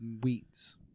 wheats